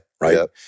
Right